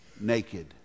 naked